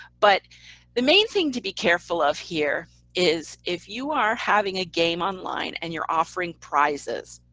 but the main thing to be careful of here is if you are having a game online, and you're offering prizes,